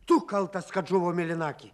tu kaltas kad žuvo mėlynakė